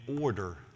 order